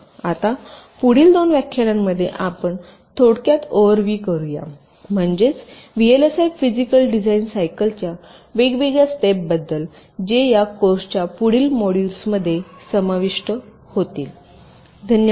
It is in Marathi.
आता पुढील दोन व्याख्यानांमध्ये आपण थोडक्यात ओव्हरव्हिव करू या म्हणजेच व्हीएलएसआय फिजिकल डिझाइन सायकलच्या वेगवेगळ्या स्टेपबद्दल जे या कोर्सच्या पुढील मॉड्यूल्समध्ये समाविष्ट होतील